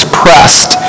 pressed